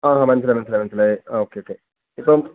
ആ മനസ്സിലായി മനസ്സിലായി മനസ്സിലായി ഓക്കെ ഓക്കെ ഇപ്പം